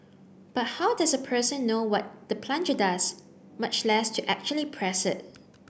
but how does a person know what the plunger does much less to actually press it